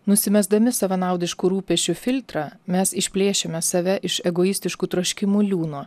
nusimesdami savanaudišku rūpesčiu filtrą mes išplėšiame save iš egoistiškų troškimų liūno